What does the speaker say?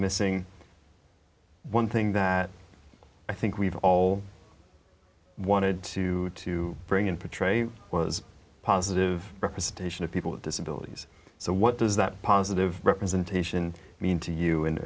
missing one thing i think we've all wanted to to bring in patricia was a positive representation of people with disabilities so what does that positive representation mean to you and